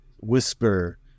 whisper